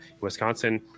Wisconsin